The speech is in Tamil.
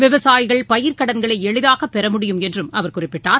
விவசாயிகள் பயிர்க்கடன்களை எளிதாக பெற முடியும் என்றும் அவர் குறிப்பிட்டார்